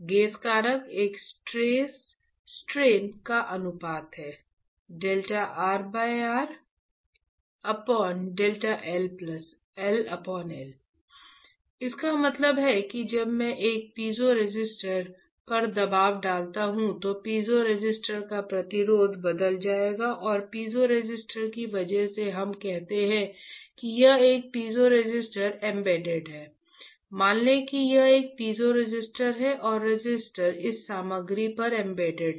gauge कारक एक stress strain का अनुपात है इसका मतलब है कि जब मैं एक पीज़ोरेसिस्टर पर दबाव डालता हूं तो पीज़ोरेसिस्टर का प्रतिरोध बदल जाएगा और पीज़ोरेसिस्टर की वजह से हम कहते हैं कि यह एक पीज़ोरेसिस्टर एम्बेडेड है मान लें कि यह एक पीज़ोरेसिस्टर है और रजिस्टर इस सामग्री पर एम्बेडेड है